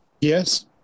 Yes